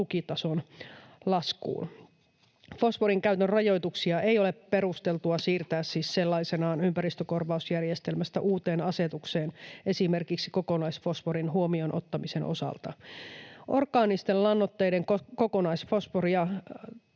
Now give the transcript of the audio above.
tukitason laskuun. Fosforin käytön rajoituksia ei ole perusteltua siirtää siis sellaisenaan ympäristökorvausjärjestelmästä uuteen asetukseen, esimerkiksi kokonaisfosforin huomioon ottamisen osalta. Orgaanisten lannoitteiden kokonaisfosforia